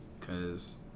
cause